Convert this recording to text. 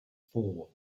four